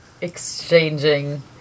exchanging